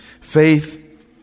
faith